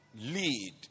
lead